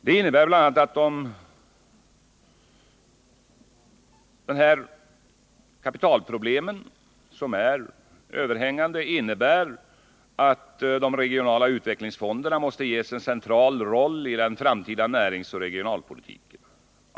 De överhängande kapitalproblemen innebär bl.a. att de regionala utvecklingsfonderna måste ges en central roll i den framtida näringsoch regionalpolitiken.